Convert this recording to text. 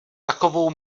takovou